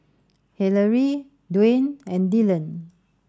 Hillery Dwaine and Dillan